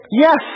yes